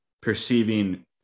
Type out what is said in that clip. perceiving